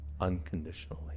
unconditionally